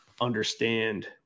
understand